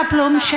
קפלון,